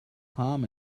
calm